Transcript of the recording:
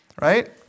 Right